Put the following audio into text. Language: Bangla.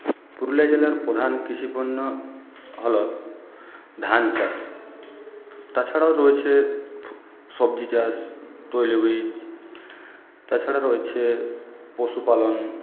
পুরুলিয়া জেলার প্রধান কৃষিপণ্য হল ধান চাষ তাছাড়াও রয়েছে সবজি চাষ তৈল বীজ তাছাড়া রয়েছে পশুপালন